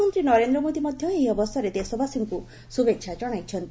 ପ୍ରଧାନମନ୍ତ୍ରୀ ନରେନ୍ଦ୍ର ମୋଦୀ ମଧ୍ୟ ଏହି ଅବସରରେ ଦେଶବାସୀଙ୍କୁ ଶୁଭେଚ୍ଛା ଜଣାଇଛନ୍ତି